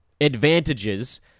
advantages